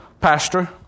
pastor